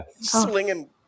Slinging